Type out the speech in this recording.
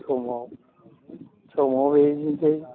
समाव समाव बिदिनोसै